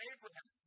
Abraham